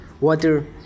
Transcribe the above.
Water